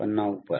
पन्ना ऊपर